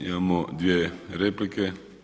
Imamo dvije replike.